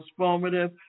transformative